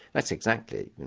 that's exactly, you know,